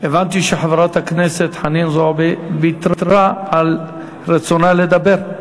הבנתי שחברת הכנסת חנין זועבי ויתרה על רצונה לדבר,